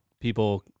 people